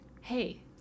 hey